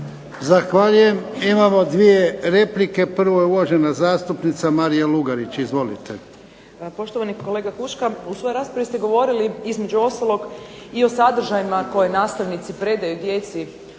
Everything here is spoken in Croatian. Zahvaljujem. Imamo dvije replike. Prvo je uvažena zastupnica Marija Lugarić. Izvolite. **Lugarić, Marija (SDP)** Poštovani kolega Huška, u svojoj raspravi ste govorili između ostalog i o sadržajima koje nastavnici predaju djeci u